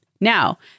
Now